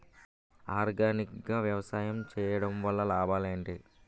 Organic గా వ్యవసాయం చేయడం వల్ల లాభాలు ఏంటి?